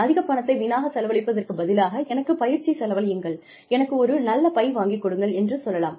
அதில் பணத்தை வீணாகச் செலவழிப்பதற்கு பதிலாக எனது பயிற்சி செலவழியுங்கள் எனக்கு ஒரு நல்ல பை வாங்கி கொடுங்கள் என்று சொல்லலாம்